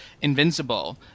Invincible